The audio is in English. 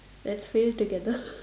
let's fail together